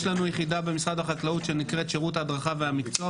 יש לנו יחידה במשרד החקלאות שנקראת 'שירות ההדרכה והמקצוע',